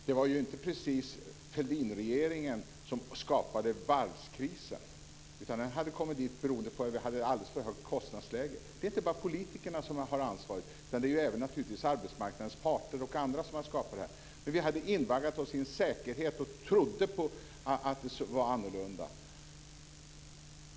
Det var ju inte precis Fälldinregeringen som skapade varvskrisen, utan den kom beroende på att vi hade ett alldeles för högt kostnadsläge. Det är inte bara politikerna som har ansvar, utan det är naturligtvis även arbetsmarknadens parter och andra som skapar det här. Vi hade invaggat oss i en säkerhet och trodde att det var annorlunda.